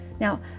Now